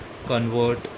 Convert